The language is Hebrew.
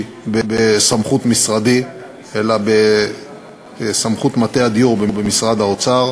בסמכות משרדי אלא בסמכות מטה הדיור במשרד האוצר,